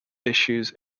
issues